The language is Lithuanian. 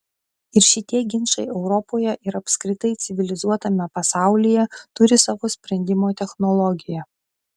ir šitie ginčai europoje ir apskritai civilizuotame pasaulyje turi savo sprendimo technologiją